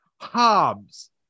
Hobbs